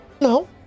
No